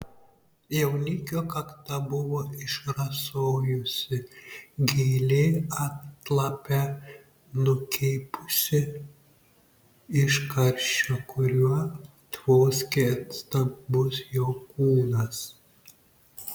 jaunikio kakta buvo išrasojusi gėlė atlape nukeipusi iš karščio kuriuo tvoskė stambus jo kūnas